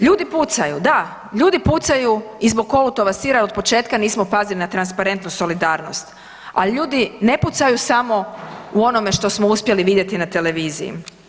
Ljudi pucaju, da, ljudi pucaju i zbog kolutova sira jer otpočetka nismo pazili na transparentnost i solidarnost a ljudi ne pucaju samo u onome što smo uspjeli vidjeti na televiziji.